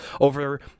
over